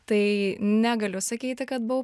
tai negaliu sakyti kad buvau